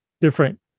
different